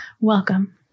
Welcome